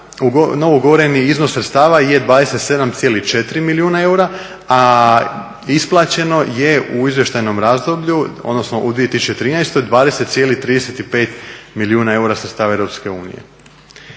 novougovoreni izvor sredstava je 27,4 milijuna eura, a isplaćeno je u izvještajnom razdoblju odnosno u 2013. 20,35 milijuna eura sredstava EU.